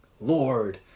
Lord